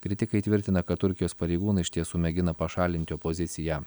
kritikai tvirtina kad turkijos pareigūnai iš tiesų mėgina pašalinti opoziciją